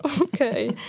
Okay